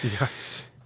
Yes